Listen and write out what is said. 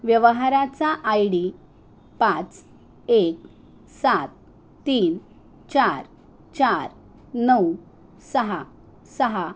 व्यवहाराचा I D पाच एक सात तीन चार चार नऊ सहा सहा